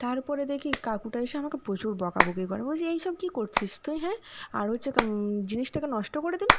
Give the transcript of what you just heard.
তারপরে দেখি কাকুটা এসে আমাকে প্রচুর বকাবকি করে বলছে এইসব কি করছিস তুই হ্যাঁ আর হচ্ছে জিনিসটাকে নষ্ট করে দিলি